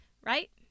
right